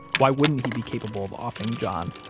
why wouldn't he be capable of offing john?